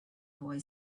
boy